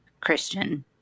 Christian